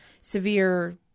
severe